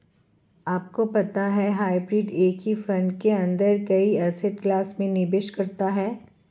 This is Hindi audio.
आपको पता है हाइब्रिड एक ही फंड के अंदर कई एसेट क्लास में निवेश करता है?